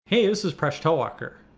hey, this is presh talwalkar.